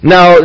Now